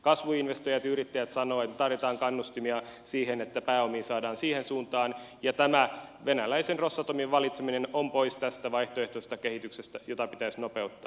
kasvuinvestoijat ja yrittäjät sanovat että tarvitaan kannustimia siihen että pääomia saadaan siihen suuntaan ja tämä venäläisen rosatomin valitseminen on pois tästä vaihtoehtoisesta kehityksestä jota pitäisi nopeuttaa